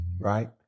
right